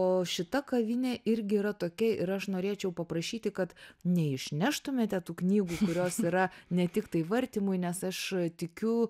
o šita kavinė irgi yra tokia ir aš norėčiau paprašyti kad neišneštumėte tų knygų kurios yra ne tiktai vartymui nes aš tikiu